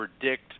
predict